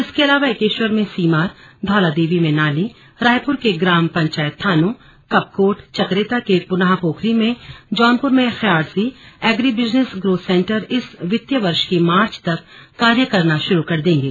इसके अलावा एकेश्वर में सीमार धौलादेवी में नाली रायपुर के ग्राम पंचायत थानो कंपकोट चकराता के पुनाह पोखरी में जौनपुर में ख्यार्सी एग्रीबिजनेस ग्रोथ सेन्टर इस वितीय वर्ष की मार्च तक कार्य करना शुरू कर देंगे